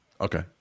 Okay